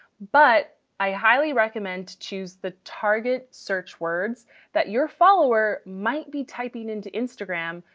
but i highly recommend to choose the target search words that your follower might be typing into instagram.